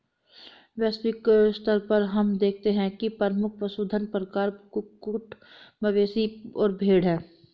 वैश्विक स्तर पर हम देखते हैं कि प्रमुख पशुधन प्रकार कुक्कुट, मवेशी और भेड़ हैं